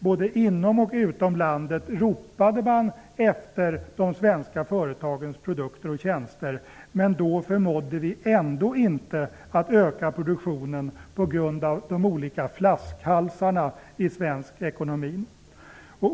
Både inom och utom landet ropade man efter de svenska företagens produkter och tjänster. Men vi förmådde ändå inte att öka produktionen då på grund av de olika flaskhalsar som fanns i den svenska ekonomin.